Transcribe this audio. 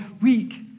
weak